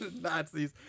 Nazis